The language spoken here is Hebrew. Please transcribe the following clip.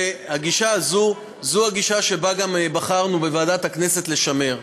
והגישה הזאת היא הגישה שבה גם בחרנו בוועדת הכנסת לשדר.